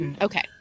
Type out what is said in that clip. Okay